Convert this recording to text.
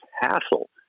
hassle